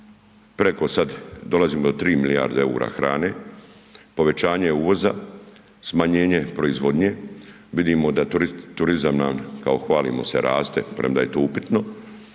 preko sad, dolazim do 3 milijarde eura hrane, povećanje uvoza, smanjenje proizvodnje. Vidimo da turizam nam, kao hvalimo se, raste, premda je to upitno